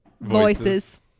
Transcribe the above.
voices